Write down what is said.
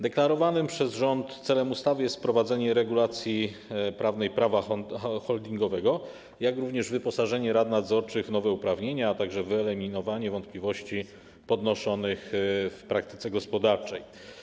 Deklarowanym przez rząd celem ustawy jest wprowadzenie regulacji prawnej prawa holdingowego, jak również wyposażenie rad nadzorczych w nowe uprawnienia, a także wyeliminowanie wątpliwości podnoszonych w praktyce gospodarczej.